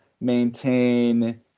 maintain